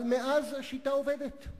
אבל מאז השיטה עובדת.